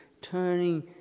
turning